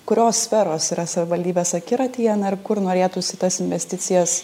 kurios sferos yra savivaldybės akiratyje ir kur norėtųsi tas investicijas